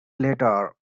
later